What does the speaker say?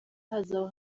hazaba